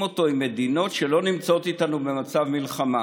אותו עם מדינות שלא נמצאות איתנו במצב מלחמה.